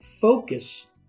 focus